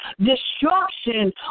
Destruction